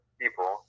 people